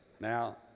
Now